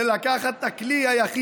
זה לקחת את הכלי היחיד